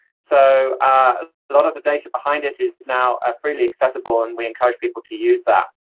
so, a lot of the data behind it is now ah freely accessible, and we encourage people to use that.